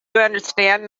understand